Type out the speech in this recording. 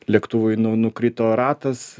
lėktuvui nu nukrito ratas